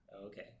okay